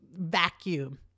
vacuum